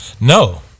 No